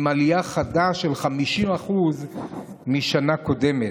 עם עלייה חדה של 50% מהשנה הקודמת.